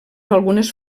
algunes